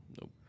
Nope